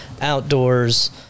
outdoors